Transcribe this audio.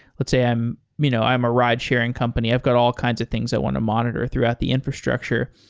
let's say i'm you know i'm a ridesharing company. i've got all kinds of things i want to monitor throughout the infrastructure.